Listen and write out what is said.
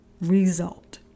result